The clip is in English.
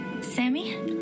Sammy